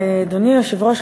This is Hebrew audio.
אדוני היושב-ראש,